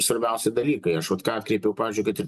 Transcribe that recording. svarbiausi dalykai aš vat ką atkreipiau pavyzdžiui kad ir